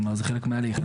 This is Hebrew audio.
כלומר זה חלק מההליך,